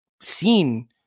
seen